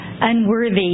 unworthy